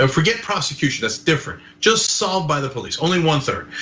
um forget prosecution that's different, just solved by the police, only one third.